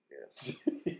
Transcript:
Yes